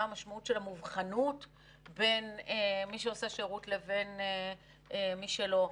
מה המשמעות של האבחנה בין מי שעושה שירות למבין מי שלא,